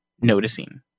noticing